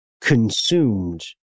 consumed